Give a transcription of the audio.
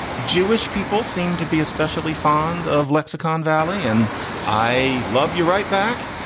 jewish people seem to be especially fond of lexicon valley. and i love you right back.